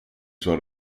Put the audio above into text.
suo